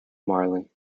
marley